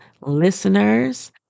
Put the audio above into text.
listeners